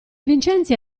vincenzi